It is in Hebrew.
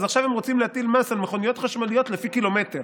אז עכשיו הם רוצים להטיל מס על מכוניות חשמליות לפי קילומטר.